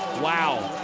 wow.